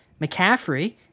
McCaffrey